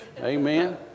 Amen